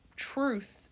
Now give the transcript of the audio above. truth